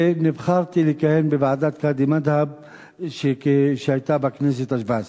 ונבחרתי לכהן בוועדת קאדי מד'הב שהיתה בכנסת השבע-עשרה.